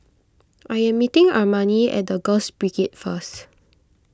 I am meeting Armani at the Girls Brigade first